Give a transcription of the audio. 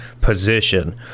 position